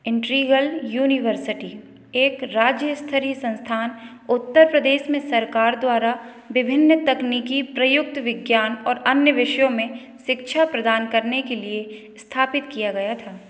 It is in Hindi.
इंट्रीगल यूनीवर्सटी एक राज्य स्तरीय संस्थान उत्तर प्रदेश में सरकार द्वारा विभिन्न तकनीकी प्रयुक्त विज्ञान और अन्य विषयों में शिक्षा प्रदान करने के लिए स्थापित किया गया था